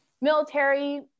military